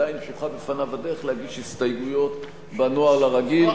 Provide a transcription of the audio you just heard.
עדיין פתוחה בפניו הדרך להגיש הסתייגויות בנוהל הרגיל.